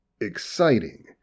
exciting